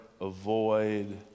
avoid